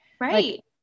Right